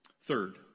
Third